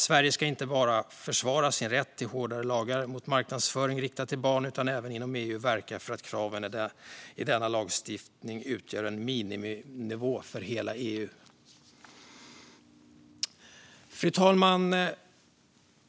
Sverige ska inte bara försvara sin rätt till hårdare lagar mot marknadsföring riktad till barn utan även inom EU verka för att kraven i denna lagstiftning ska utgöra en miniminivå för hela EU. Fru talman!